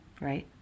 Right